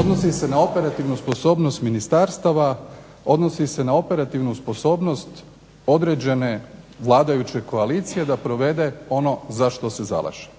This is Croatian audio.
odnosi se na operativnu sposobnost ministarstava, odnosi se na operativnu sposobnost određene vladajuće koalicije da provede ono za što se zalaže.